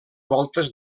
voltes